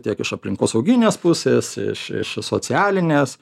tiek iš aplinkosauginės pusės iš iš socialinės